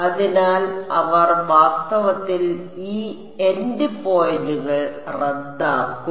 അതിനാൽ അവർ വാസ്തവത്തിൽ ഈ എൻഡ്പോയിന്റുകൾ റദ്ദാക്കും